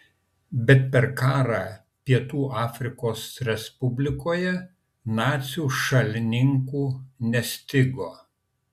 bet per karą pietų afrikos respublikoje nacių šalininkų nestigo